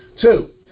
Two